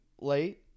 late